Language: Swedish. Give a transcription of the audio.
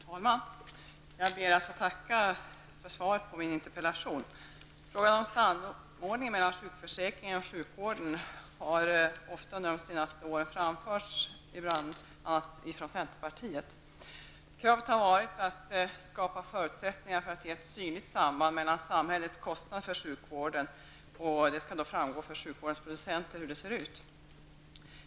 Herr talman! Jag ber att få tacka för svaret på min interpellation. Frågan om samordning mellan sjukförsäkringen och sjukvården har under de senaste åren ofta framförts, bl.a. från centerpartiet. Kravet har varit att samhällets kostnader för sjukvården skall framgå för sjukvårdens producenter.